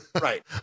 right